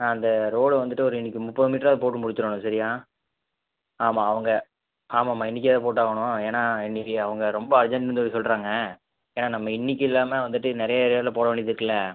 அந்த ரோடை வந்துவிட்டு ஒரு இன்னிக்கு முப்பது மீட்ராக போட்டு முடிச்சிரணும் சரியாக ஆமாம் அவங்க ஆமாம்மா இன்னிக்கே தான் போட்டாவணும் ஏன்னா இன்னிக்கு அவங்க ரொம்ப அர்ஜென்ட்டுன்னு சொல்லுறாங்க ஏன்னா நம்ம இன்னிக்கு இல்லாமல் வந்துவிட்டு நிறைய இதில் போட வேண்டியது இருக்குல்ல